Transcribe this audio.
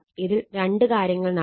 ഇതിൽ രണ്ട് കാര്യങ്ങൾ നടക്കാം